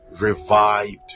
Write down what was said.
revived